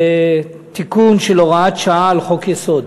זה תיקון של הוראת שעה על חוק-יסוד.